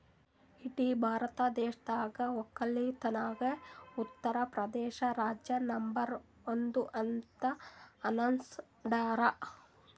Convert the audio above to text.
ಇಡೀ ಭಾರತ ದೇಶದಾಗ್ ವಕ್ಕಲತನ್ದಾಗೆ ಉತ್ತರ್ ಪ್ರದೇಶ್ ರಾಜ್ಯ ನಂಬರ್ ಒನ್ ಅಂತ್ ಅನಸ್ಕೊಂಡಾದ್